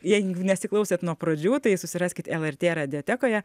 jeigu nesiklausėt nuo pradžių tai susiraskit lrt radijotekoje